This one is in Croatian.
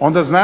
onda znači